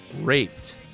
raped